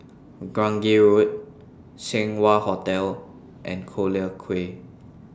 Grange Road Seng Wah Hotel and Collyer Quay